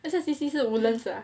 S_S_D_C 是 woodlands 的 ah